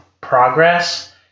progress